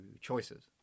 choices